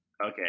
Okay